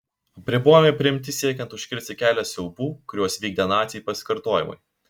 apribojimai priimti siekiant užkirsti kelią siaubų kuriuos vykdė naciai pasikartojimui